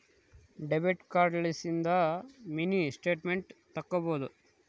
debit card ಲಿಸಿಂದ mini statement ತಕ್ಕೊಬೊದು